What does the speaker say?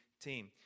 team